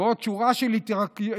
ועוד שורה של התייקרויות